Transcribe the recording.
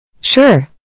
Sure